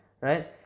right